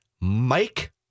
Mike